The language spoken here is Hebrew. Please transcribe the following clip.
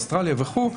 אוסטרליה וכו',